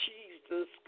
Jesus